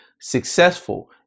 successful